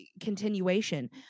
continuation